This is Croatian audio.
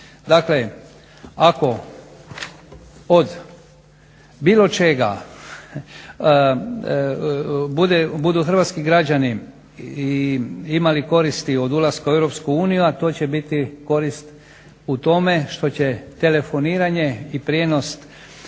Dakle, ako od bilo čega budu hrvatski građani imali koristi od ulaska u Europsku uniju, a to će biti korist u tome što će telefoniranje i prijenos